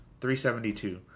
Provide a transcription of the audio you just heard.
$372